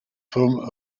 from